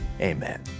Amen